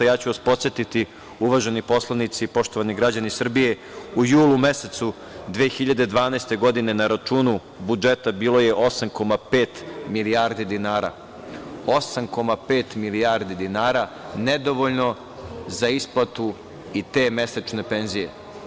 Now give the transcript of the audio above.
Podsetiću vas, uvaženi poslanici, poštovani građani Srbije, u julu mesecu 2012. godine na računu budžeta bilo je 8,5 milijardi dinara, 8,5 milijardi dinara, nedovoljno za isplatu i te mesečne penzije.